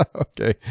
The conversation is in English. Okay